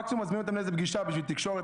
מקסימום מזמינים אותם לאיזו פגישה בשביל התקשורת,